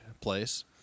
place